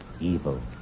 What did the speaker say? evil